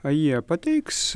a jie pateiks